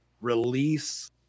release